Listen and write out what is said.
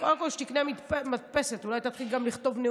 קודם כול,